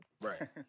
Right